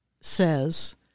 says